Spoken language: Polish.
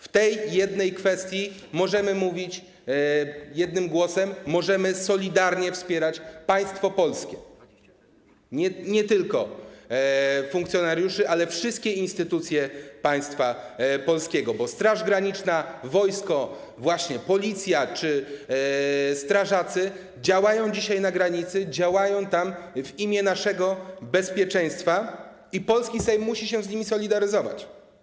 W tej jednej kwestii możemy mówić jednym głosem, możemy solidarnie wspierać państwo polskie, nie tylko funkcjonariuszy, ale wszystkie instytucje państwa polskiego, bo Straż Graniczna, wojsko, właśnie Policja czy strażacy działają dzisiaj na granicy, działają tam w imię naszego bezpieczeństwa i polski Sejm musi się z nimi solidaryzować.